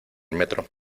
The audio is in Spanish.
metro